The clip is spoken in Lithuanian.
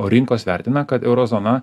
o rinkos vertina kad euro zona